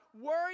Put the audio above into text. worry